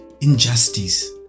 injustice